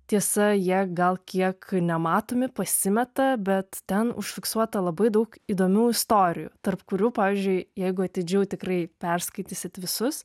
tiesa jie gal kiek nematomi pasimeta bet ten užfiksuota labai daug įdomių istorijų tarp kurių pavyzdžiui jeigu atidžiau tikrai perskaitysit visus